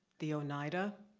the oneida,